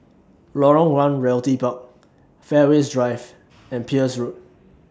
Lorong one Realty Park Fairways Drive and Peirce Road